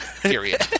Period